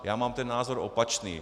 Já mám ten názor opačný.